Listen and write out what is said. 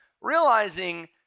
realizing